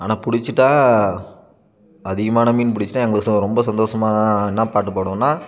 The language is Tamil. ஆனால் பிடிச்சிட்டா அதிகமான மீன் பிடிச்சிட்டா எங்களுக்கு ச ரொம்ப சந்தோஷமாக ஆனால் என்ன பாட்டு பாடுவோம்ன்னால்